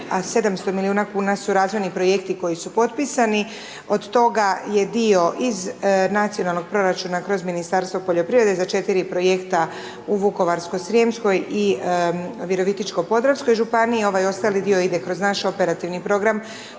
700 milijuna kn su razvojni projekti koji su propisani, od toga je dio iz nacionalnog proračuna kroz Ministarstvo poljoprivrede, za 4 projekta u Vukovarskoj srijemskoj i Virovitičko podravskoj županiji, a ovaj ostali dio ide kroz naš operativni program